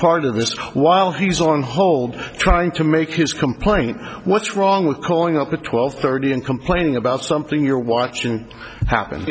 part of this while he's on hold trying to make his complaint what's wrong with calling up at twelve thirty and complaining about something you're watching happen